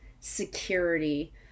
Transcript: security